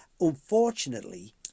unfortunately